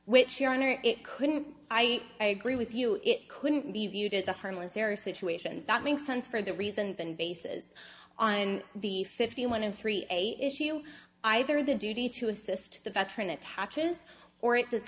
which your honor it couldn't i agree with you it couldn't be viewed as a harmless error situation that makes sense for the reasons and bases on the fifty one and three eighty issue you either their duty to assist the veteran attaches or it does